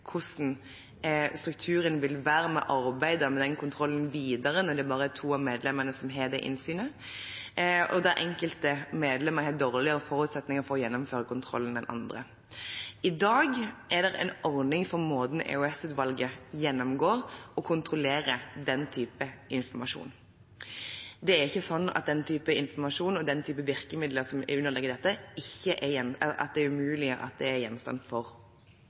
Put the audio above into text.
hvordan strukturen vil være i arbeidet med den kontrollen videre når det bare er to av medlemmene som har det innsynet, og når enkelte medlemmer har dårligere forutsetninger for å gjennomføre kontrollen enn andre. I dag er det en ordning for måten EOS-utvalget gjennomgår og kontrollerer den typen informasjon på. Det er ikke slik at det er umulig for den typen informasjon og den typen virkemidler som er underlagt dette, å være gjenstand for